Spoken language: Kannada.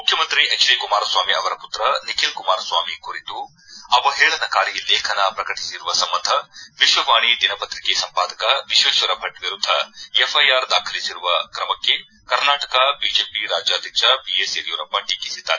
ಮುಖ್ಯಮಂತ್ರಿ ಎಚ್ ಡಿ ಕುಮಾರಸ್ವಾಮಿ ಅವರ ಪುತ್ರ ನಿಖಿಲ್ ಕುಮಾರಸ್ವಾಮಿ ಕುರಿತು ಅವಹೇಳನಕಾರಿ ಲೇಖನ ಪ್ರಕಟಿಸಿರುವ ಸಂಬಂಧ ವಿಶ್ವವಾಣಿ ದಿನಪತ್ರಿಕೆ ಸಂಪಾದಕ ವಿಶ್ವೇಶ್ವರ ಭಟ್ ವಿರುದ್ದ ಎಫ್ ಐ ಆರ್ ದಾಖಲಿಸಿರುವ ಕ್ರಮಕ್ಕೆ ಕರ್ನಾಟಕ ಬಿಜೆಪಿ ರಾಜ್ವಾಧ್ಯಕ್ಷ ಬಿ ಎಸ್ ಯಡಿಯೂರಪ್ಪ ಟೀಕಿಸಿದ್ದಾರೆ